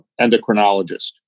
endocrinologist